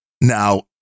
now